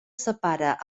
separa